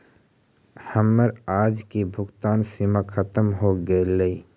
हमर आज की भुगतान सीमा खत्म हो गेलइ